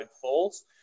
Falls